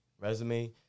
resume